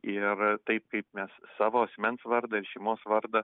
ir taip kaip mes savo asmens vardą ir šeimos vardą